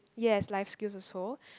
yes life skills also